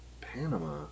Panama